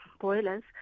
boilers